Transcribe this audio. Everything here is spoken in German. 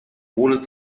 ohne